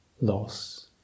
Loss